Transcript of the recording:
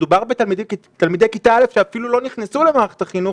מדובר בתלמידי כיתה א' שאפילו לא נכנסו למערכת החינוך.